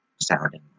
sounding